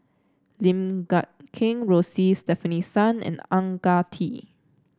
Lim Guat Kheng Rosie Stefanie Sun and Ang Ah Tee